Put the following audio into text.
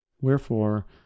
Wherefore